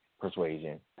persuasion